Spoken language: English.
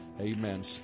Amen